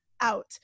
out